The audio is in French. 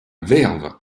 verve